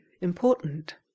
important